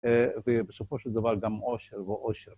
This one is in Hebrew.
ובסופו של דבר גם אושר ועושר